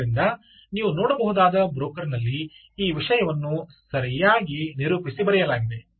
ಆದ್ದರಿಂದ ನೀವು ನೋಡಬಹುದಾದ ಬ್ರೋಕರ್ ನಲ್ಲಿ ಈ ವಿಷಯವನ್ನು ಸರಿಯಾಗಿ ನಿರೂಪಿಸಿ ಬರೆಯಲಾಗಿದೆ